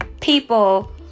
people